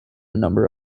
number